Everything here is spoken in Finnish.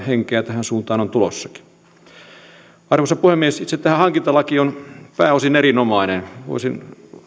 henkeä tähän suuntaan on tulossakin arvoisa puhemies itse tämä hankintalaki on pääosin erinomainen voisin